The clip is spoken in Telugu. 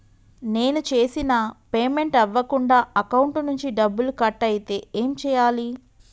నేను చేసిన పేమెంట్ అవ్వకుండా అకౌంట్ నుంచి డబ్బులు కట్ అయితే ఏం చేయాలి?